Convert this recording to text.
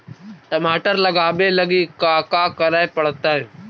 टमाटर लगावे लगी का का करये पड़तै?